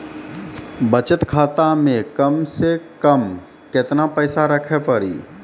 बचत खाता मे कम से कम केतना पैसा रखे पड़ी?